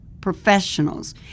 professionals